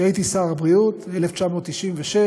כשהייתי שר הבריאות ב-1996,